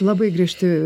labai griežti